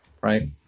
right